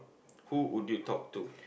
who would you talk to